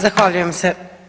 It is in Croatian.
Zahvaljujem se.